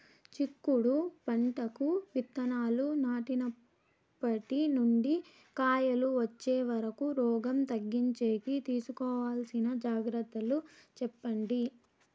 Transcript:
చిక్కుడు పంటకు విత్తనాలు నాటినప్పటి నుండి కాయలు వచ్చే వరకు రోగం తగ్గించేకి తీసుకోవాల్సిన జాగ్రత్తలు చెప్పండి?